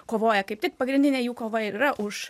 kovoja kaip tik pagrindinė jų kova ir yra už